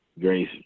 Grace